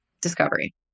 discovery